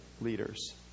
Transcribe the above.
leaders